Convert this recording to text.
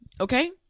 Okay